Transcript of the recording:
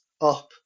up